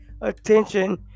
attention